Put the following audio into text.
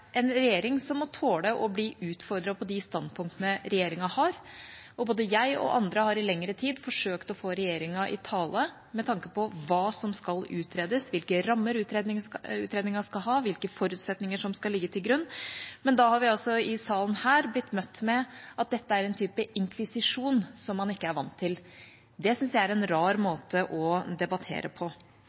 en regjering som må tåle å bli utfordret på de standpunktene regjeringa har. Både jeg og andre har i lengre tid forsøkt å få regjeringa i tale med tanke på hva som skal utredes, hvilke rammer utredningen skal ha, hvilke forutsetninger som skal ligge til grunn. Men da har vi her i salen blitt møtt med at dette er en type inkvisisjon som man ikke er vant til. Det syns jeg er en rar måte å debattere på.